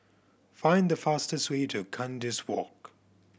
find the fastest way to Kandis Walk